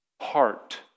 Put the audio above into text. heart